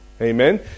Amen